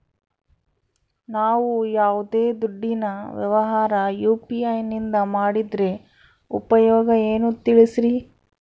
ನಾವು ಯಾವ್ದೇ ದುಡ್ಡಿನ ವ್ಯವಹಾರ ಯು.ಪಿ.ಐ ನಿಂದ ಮಾಡಿದ್ರೆ ಉಪಯೋಗ ಏನು ತಿಳಿಸ್ರಿ?